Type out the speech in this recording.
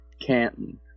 Canton